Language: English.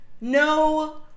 no